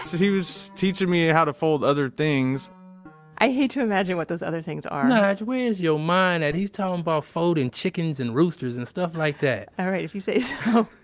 he was teaching me how to fold other things i hate to imagine what those other things are and nig, ah where's your mind at? he's talking about folding chickens and roosters and stuff like that all right. if you say so.